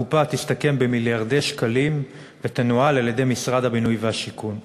הקופה תסתכם במיליארדי שקלים ותנוהל על-ידי שר הבינוי והשיכון.